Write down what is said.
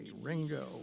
Ringo